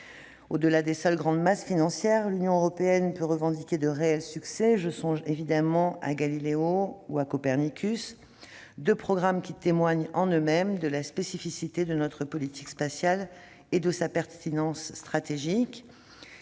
Au-delà des seules grandes masses financières, l'Union européenne peut revendiquer de réels succès. Je songe évidemment à Galileo ou à Copernicus, deux programmes qui témoignent par eux-mêmes de la spécificité de notre politique spatiale et de sa pertinence stratégique.